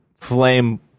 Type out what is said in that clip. Flame